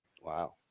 Wow